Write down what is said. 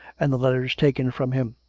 and the letters taken from him.